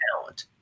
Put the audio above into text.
talent